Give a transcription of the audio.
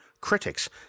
Critics